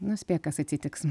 nu spėk kas atsitiks